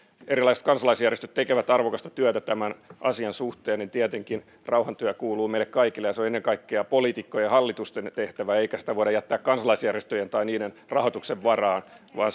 erilaiset kansalaisjärjestöt tekevät arvokasta työtä tämän asian suhteen niin tietenkin rauhantyö kuuluu meille kaikille ja se on ennen kaikkea poliitikkojen ja hallitusten tehtävä eikä sitä voida jättää kansalaisjärjestöjen tai niiden rahoituksen varaan vaan